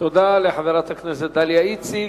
תודה לחברת הכנסת דליה איציק.